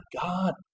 God